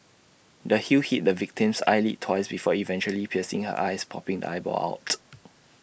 the heel hit the victim's eyelid twice before eventually piercing her eye popping the eyeball out